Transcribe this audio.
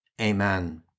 Amen